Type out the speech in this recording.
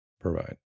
provide